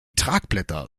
tragblätter